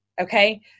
Okay